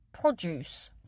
produce